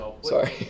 Sorry